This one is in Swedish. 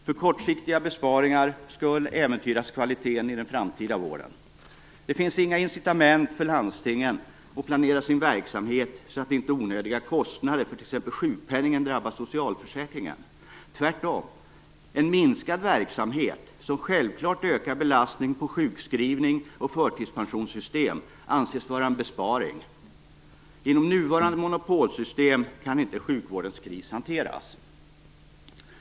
För kortsiktiga besparingars skull äventyras kvaliteten i den framtida vården. Det finns inga incitament för landstingen att planera sin verksamhet så att inte onödiga kostnader för t.ex. sjukpenningen drabbar socialförsäkringen. Tvärtom: En minskad verksamhet som självklart ökar belastningen på sjukskrivning och förtidspensionssystem anses vara en besparing. Inom nuvarande monopolsystem kan inte sjukvårdens kris hanteras.